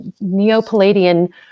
Neo-Palladian